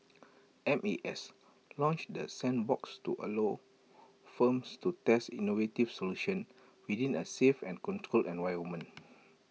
M A S launched the sandbox to allow firms to test innovative solutions within A safe and controlled environment